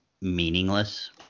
meaningless